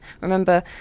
Remember